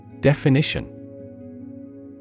Definition